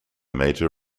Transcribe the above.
major